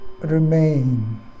remain